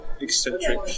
eccentric